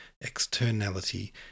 externality